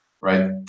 right